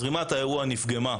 זרימת האירוע נפגמה.